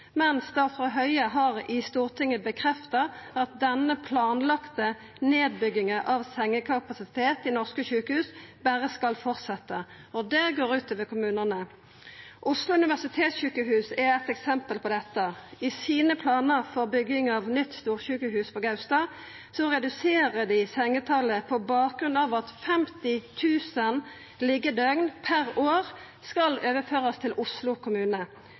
Men statsråd Høie har i Stortinget bekrefta at denne planlagde nedbygginga av sengekapasitet ved norske sjukehus skal fortsetja – og det går ut over kommunane. Oslo universitetssjukehus er eit eksempel på dette. I planane for bygging av nytt storsjukehus på Gaustad reduserer dei sengetalet på bakgrunn av at 50 000 liggjedøgn per år skal overførast til Oslo kommune.